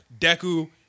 Deku